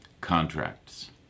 contracts